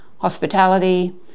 hospitality